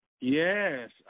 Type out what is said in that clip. Yes